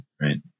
right